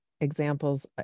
examples